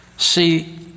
See